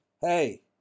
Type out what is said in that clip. Hey